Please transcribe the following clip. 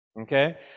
Okay